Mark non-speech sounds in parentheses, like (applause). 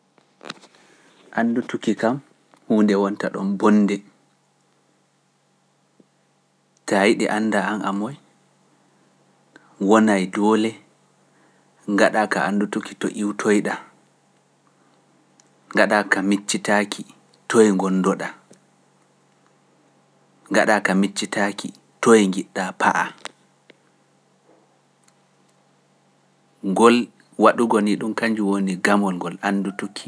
Andutuki kam huunde wonta ɗon bonde. (hesitation) Taa yiɗi anda an a moy, wona e doole, ngaɗa ka andutuki to iwtoyɗa, ngaɗa ka miccitaaki toy ngondoɗa, ngaɗa ka miccitaaki toy njiɗa paa. Ngol waɗugoni ɗum kanjum woni gamol ngol andutuki.